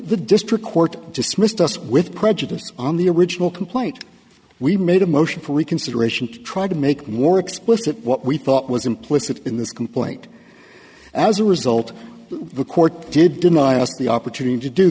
the district court dismissed us with prejudice on the original complaint we made a motion for reconsideration to try to make more explicit what we thought was implicit in this complaint as a result the court did deny us the opportunity to do